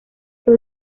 fue